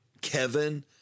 Kevin